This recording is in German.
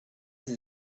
sie